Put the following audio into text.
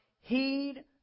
heed